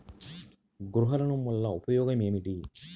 గృహ ఋణం వల్ల ఉపయోగం ఏమి?